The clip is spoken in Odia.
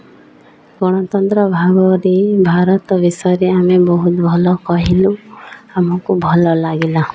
ଗଣତନ୍ତ୍ର ଭାବରେ ଭାରତ ବିଷୟରେ ଆମେ ବହୁତ ଭଲ କହିଲୁ ଆମକୁ ଭଲ ଲାଗିଲା